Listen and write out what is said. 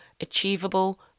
achievable